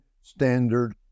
Standard